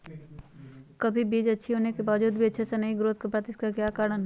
कभी बीज अच्छी होने के बावजूद भी अच्छे से नहीं ग्रोथ कर पाती इसका क्या कारण है?